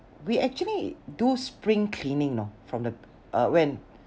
we actually do spring cleaning know from the uh when